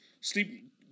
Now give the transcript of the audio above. sleep